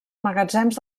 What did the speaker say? magatzems